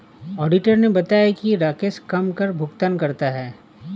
auditor ने बताया कि राकेश कम कर भुगतान करता है